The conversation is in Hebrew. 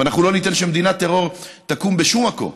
ואנחנו לא ניתן שמדינת טרור תקום בשום מקום.